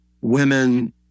women